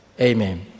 Amen